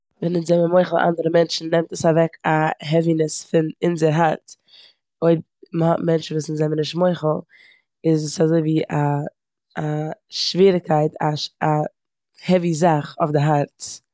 ווען אונז זענען מוחל אנדערע מענטשן נעמט עס אוועק א העווינעס פון אונזער הארץ. אויב מ'האט מענטשן וואס אונז זענען נישט מוחל איז עס אזויווי א- א שוועריגקייט א- א העווי זאך אויף די הארץ.